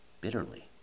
bitterly